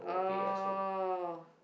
oh